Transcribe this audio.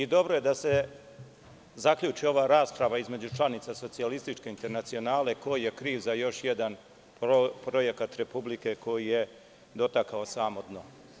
Dobro je da se zaključi ova rasprava između članica Socijalističke internacionale, ko je kriv za još jedan projekat Republike koji je dotakao samo dno.